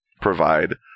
provide